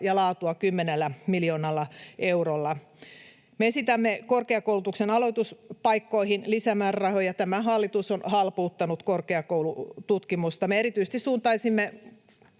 ja laatua kymmenellä miljoonalla eurolla. Me esitämme korkeakoulutuksen aloituspaikkoihin lisämäärärahoja. Tämä hallitus on halpuuttanut korkeakoulututkimusta. Me erityisesti suuntaisimme